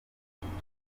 inkuru